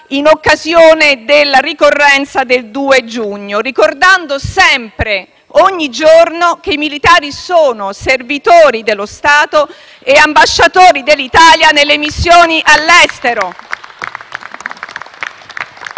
in occasione della ricorrenza del 2 giugno, ricordando sempre, ogni giorno, che i militari sono servitori dello Stato e ambasciatori dell'Italia nelle missioni all'estero.